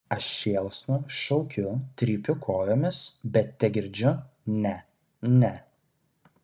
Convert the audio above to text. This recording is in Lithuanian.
aš šėlstu šaukiu trypiu kojomis bet tegirdžiu ne ne